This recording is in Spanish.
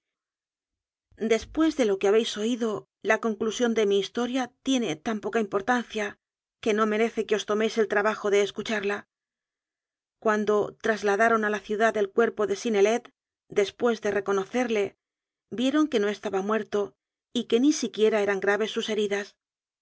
después de lo que habéis oído la conclusión de mi historia tiene tan poca importancia que no me rece que os toméis el trabajo de escucharla cuan do trasladaron a la ciudad el cuerpo de synnelet después de reconocerle vieron que no estaba muer to y que ni siquiera eran graves sus heridas